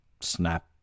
snap